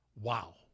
wow